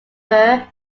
their